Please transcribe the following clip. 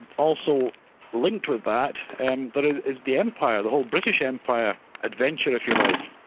and also linked with that and but ah is the empire, the whole british empire adventure if you like,